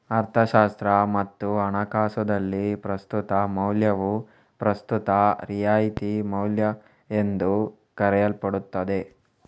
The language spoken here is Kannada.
ಅರ್ಥಶಾಸ್ತ್ರ ಮತ್ತು ಹಣಕಾಸುದಲ್ಲಿ, ಪ್ರಸ್ತುತ ಮೌಲ್ಯವು ಪ್ರಸ್ತುತ ರಿಯಾಯಿತಿ ಮೌಲ್ಯಎಂದೂ ಕರೆಯಲ್ಪಡುತ್ತದೆ